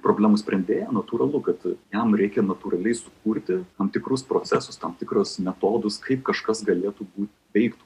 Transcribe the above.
problemos sprendėją natūralu kad jam reikia natūraliai sukurti tam tikrus procesus tam tikrus metodus kaip kažkas galėtų būti veiktų